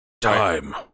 Time